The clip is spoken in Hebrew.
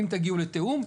אם תגיעו לתיאום,